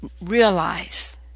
Realize